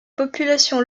populations